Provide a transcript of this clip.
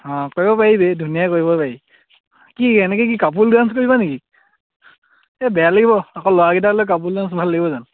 অঁ কৰিব পাৰিবি ধুনীয়াকৈ কৰিব পাৰি কি এনেকৈ কি কাপোল ডান্স কৰিবা নেকি এই বেয়া লাগিব আকৌ ল'ৰাকেইটা লৈ কাপোল ডান্স ভাল লাগিব জানো